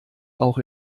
auch